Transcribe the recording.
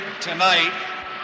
tonight